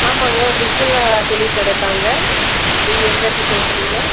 ஆமாம்ங்க பிஸ்மில்லா துணிக்கடை தான்ங்க நீங்கள் எங்கேயிருந்து பேசுகிறீங்க